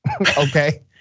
okay